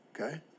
okay